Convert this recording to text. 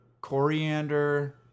coriander